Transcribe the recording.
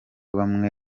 bamwe